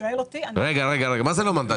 למה זה לא מנדט?